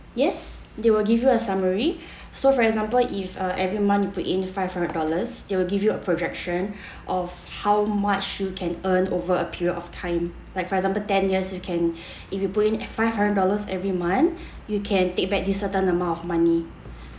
yes they will give you a summary so for example if uh every month you put in five hundred dollars they'll give you a projection of how much you can earn over a period of time like for example ten years you can if you put in five hundred dollars every month you can take back this certain amount of money